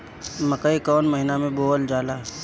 मकई कौन महीना मे बोअल जाला?